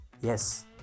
Yes